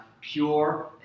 pure